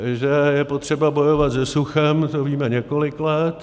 Že je potřeba bojovat se suchem, to víme několik let.